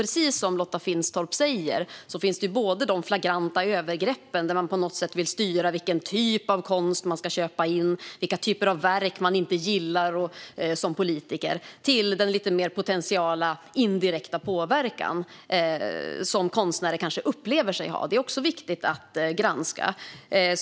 Precis som Lotta Finstorp säger finns det flagranta övergrepp där man på något sätt vill styra vilken typ av konst som ska köpas in och vilka typer av verk man som politiker inte gillar. Det finns även den lite mer potentiella, indirekta påverkan som konstnärer kanske upplever. Det är också viktigt att granska.